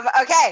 Okay